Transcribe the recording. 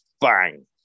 bang